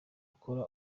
akora